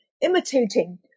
imitating